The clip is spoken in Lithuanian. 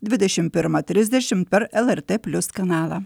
dvidešim pirmą trisdešim per lrt plius kanalą